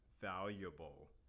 valuable